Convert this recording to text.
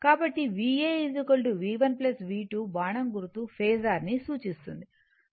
కాబట్టి Va V1 V2 బాణంగుర్తు phasor అని సూచిస్తుంది